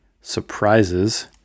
surprises